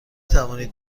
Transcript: توانید